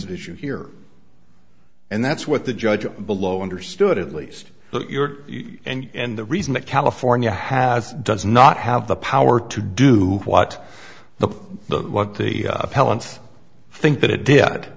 this issue here and that's what the judge below understood at least that you're and the reason that california has does not have the power to do what the the what the appellant's think that it did